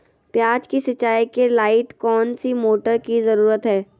प्याज की सिंचाई के लाइट कौन सी मोटर की जरूरत है?